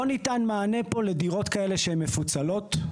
לא ניתן מענה פה לדירות כאלה שהן מפוצלות.